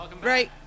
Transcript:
Great